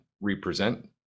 represent